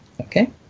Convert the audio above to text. okay